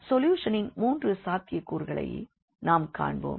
சொல்யூஷனின் மூன்று சாத்தியக் கூறுகளை நாம் காண்போம்